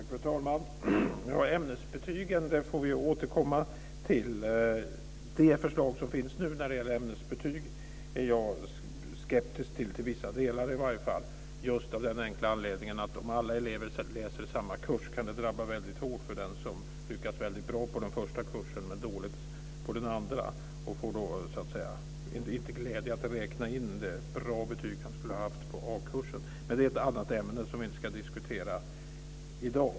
Fru talman! Ämnesbetygen får vi återkomma till. Det förslag som nu finns när det gäller ämnesbetyg är jag skeptisk till i vissa delar, just av den enkla anledningen att om alla elever läser samma kurs kan det väldigt hårt drabba den som lyckats bra på den första kursen men dåligt på den andra och som då inte får glädjen att räkna in det bra betyg han skulle ha haft på A-kursen. Men det är ett annat ämne, som vi inte ska diskutera i dag.